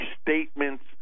statements